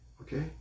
Okay